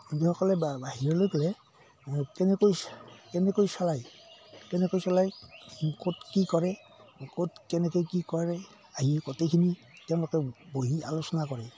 বন্ধুসকলে বাহিৰলৈ গ'লে কেনেকৈ কেনেকৈ চলায় কেনেকৈ চলায় ক'ত কি কৰে ক'ত কেনেকৈ কি কৰে আহি গোটেইখিনি তেওঁলোকে বহি আলোচনা কৰে